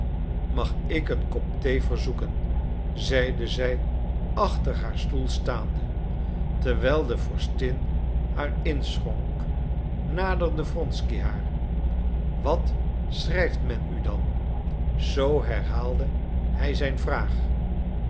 mag ik een kop thee verzoeken zeide zij achter haar stoel staande terwijl de vorstin haar inschonk naderde wronsky haar wat schrijft men u dan zoo herhaalde hij zijn vraag